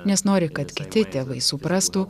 nes nori kad kiti tėvai suprastų